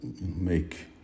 make